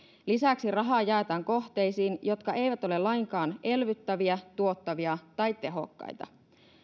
lisäksi rahaa jaetaan kohteisiin jotka eivät ole lainkaan elvyttäviä tuottavia tai tehokkaita